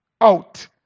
out